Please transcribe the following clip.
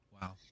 wow